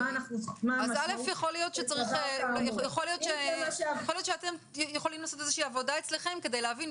יכול להיות שאתם יכולים לעשות איזו שהיא עבודה אצלכם כדי להבין,